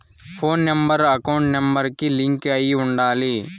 పోను number account number కి link అయ్యి ఉండాలి